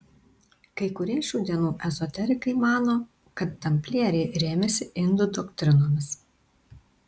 kai kurie šių dienų ezoterikai mano kad tamplieriai rėmėsi indų doktrinomis